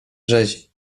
rzezi